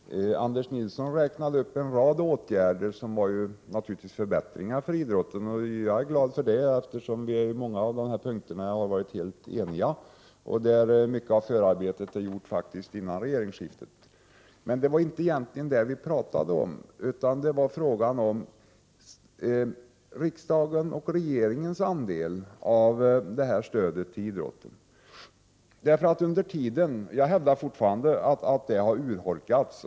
Herr talman! Anders Nilsson räknade upp en rad åtgärder som naturligtvis utgjorde förbättringar för idrotten. Jag är glad för det, eftersom vi på många av dessa punkter har varit helt eniga. Mycket av förarbetet är faktiskt gjort före regeringsskiftet. Men det var egentligen inte det vi diskuterade. Det var frågan om riksdagens och regeringens andel av stödet till idrotten. Jag hävdar fortfarande att stödet har urholkats.